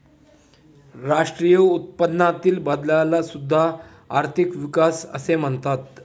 राष्ट्रीय उत्पन्नातील बदलाला सुद्धा आर्थिक विकास असे म्हणतात